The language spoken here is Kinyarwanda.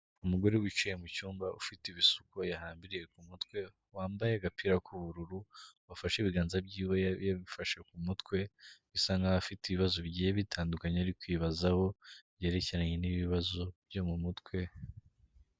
Umugore wicaye mu cyumba ufite ibisuko yahambiriye ku mutwe wambaye agapira k'ubururu, wafashe ibiganza byiwe yabifashe ku mutwe bisa nkaho afite ibibazo bigiye bitandukanye, ari kwibazaho byerekeranye n'ibibazo byo mu mutwe.